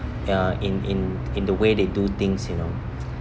ya in in in the way they do things you know